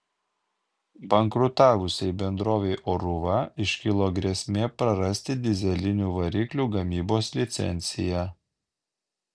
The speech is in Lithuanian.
bankrutavusiai bendrovei oruva iškilo grėsmė prarasti dyzelinių variklių gamybos licenciją